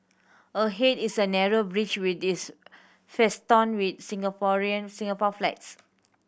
ahead is a narrow bridge with this festooned with Singaporean Singapore flags